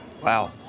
Wow